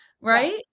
right